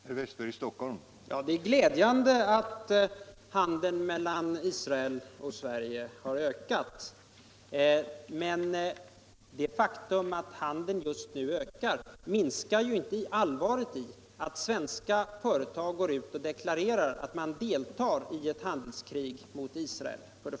1975/76:217 Herr talman! Det var glädjande att handeln mellan Israet och Sverige har ökat, men det faktum att handeln just nu har ökat minskar inte allvaret i att svenska företag går ut och deklarerar att man deltar i ett handelskrig mot Israel.